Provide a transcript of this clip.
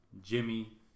Jimmy